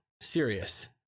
serious